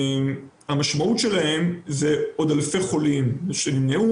והמשמעות שלהם היא עוד אלפי חולים שנמנעו,